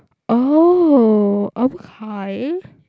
oh okay